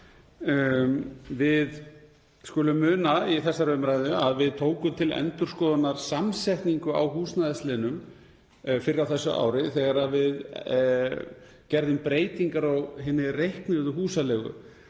Við skulum muna í þessari umræðu að við tókum til endurskoðunar samsetningu á húsnæðisliðnum fyrr á þessu ári þegar við gerðum breytingar á hinni reiknuðu húsaleigu.